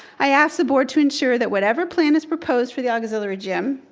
i ask the board to ensure that whatever plan is proposed for the auxiliary gym,